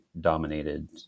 dominated